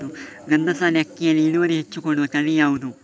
ಗಂಧಸಾಲೆ ಅಕ್ಕಿಯಲ್ಲಿ ಇಳುವರಿ ಹೆಚ್ಚು ಕೊಡುವ ತಳಿ ಯಾವುದು?